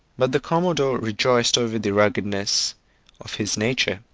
but the commodore rejoiced over the ruggedness of his nature,